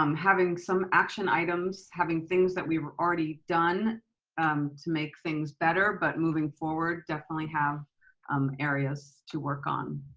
um having some action items, having things that we've already done um to make things better, but moving forward definitely have um areas to work on.